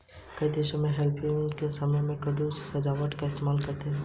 कई देशों में हैलोवीन के समय में कद्दू को सजावट के लिए इस्तेमाल करते हैं